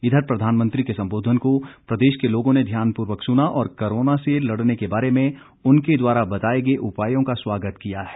इधर प्रधानमंत्री के संबोधन को प्रदेश के लोगों ने ध्यानपूर्वक सुना और कोरोना से लड़ने के बारे में उनके द्वारा बताए गए उपायों का स्वागत किया है